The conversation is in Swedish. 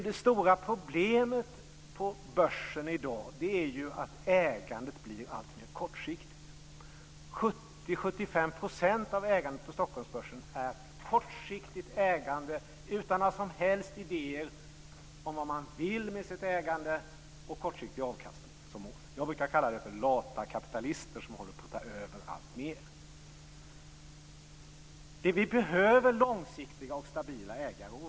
Det stora problemet på börsen i dag är ju att ägandet blir alltmer kortsiktigt. 70-75 % av ägandet på Stockholmsbörsen är kortsiktigt ägande utan några som helst idéer om vad man vill med sitt ägande och kortsiktig avkastning som mål. Jag brukar säga att det är lata kapitalister som håller på att ta över alltmer. Vi behöver långsiktiga och stabila ägare.